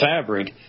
fabric